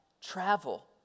travel